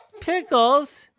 Pickles